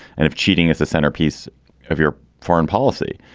and if cheating is the centerpiece of your foreign policy,